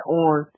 on